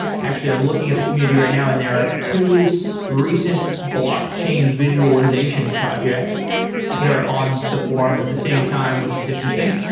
actually i'm looking at the community right now and there are two recent blockchain visualization projects that are on the forum at the same time which is interesting.